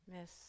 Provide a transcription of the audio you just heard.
Miss